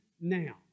now